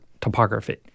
topography